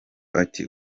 ati